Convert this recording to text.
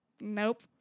Nope